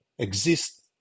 Exist